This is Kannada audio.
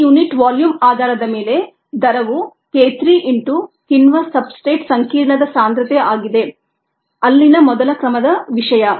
ಪ್ರತಿ ಯುನಿಟ್ ವಾಲ್ಯೂಮ್ ಆಧಾರದ ಮೇಲೆ ದರವು k 3 ಇಂಟು ಕಿಣ್ವ ಸಬ್ಸ್ಟ್ರೇಟ್ ಸಂಕೀರ್ಣದ ಸಾಂದ್ರತೆ ಆಗಿದೆ ಅಲ್ಲಿನ ಮೊದಲ ಕ್ರಮದ ವಿಷಯ